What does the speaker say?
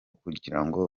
kugirango